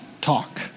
talk